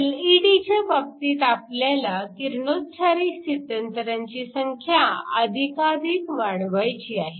एलईडीच्या बाबतीत आपल्याला किरणोत्सारी स्थित्यंतरांची संख्या अधिकाधिक वाढवायची आहे